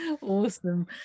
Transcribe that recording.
Awesome